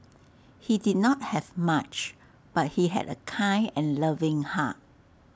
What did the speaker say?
he did not have much but he had A kind and loving heart